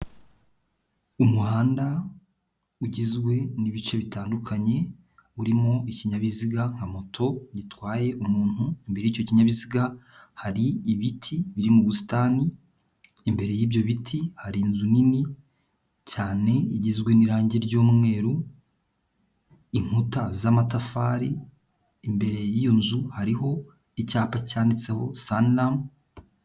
Umuhanda ugizwe n'ibice bitandukanye urimo ikinyabiziga nka moto gitwaye umuntu, imbere y'icyo kinyabiziga hari ibiti biri mu busitani, imbere y'ibyo biti hari inzu nini cyane igizwe n'irange ry'umweru, inkuta z'amatafari. Imbere y'iyo nzu hariho icyapa cyanditseho Sanlam.